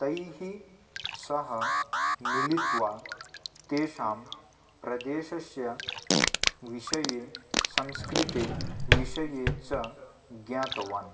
तैः सह मिलित्वा तेषां प्रदेशस्य विषये संस्कृतेः विषये च ज्ञातवान्